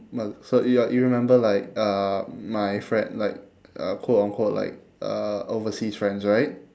but so y~ you remember like uh my frie~ like uh quote unquote like uh overseas friends right